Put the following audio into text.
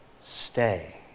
stay